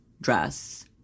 dress